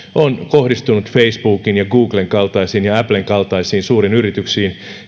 kohdistunut facebookin googlen ja applen kaltaisiin suuriin yrityksiin